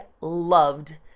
loved